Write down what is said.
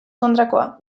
kontrakoa